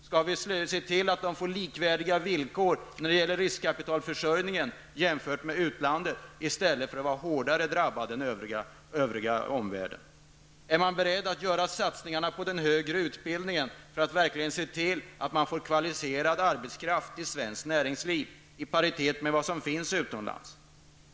Skall vi se till att de får likvärdiga villkor när det gäller riskkapitalförsörjningen jämfört med utlandet, i stället för att vara hårdare drabbade än man är i övriga omvärlden? Är man beredd att satsa på den högre utbildningen för att verkligen se till att man får kvalificerad arbetskraft i svenskt näringsliv, i paritet med vad som finns utomlands?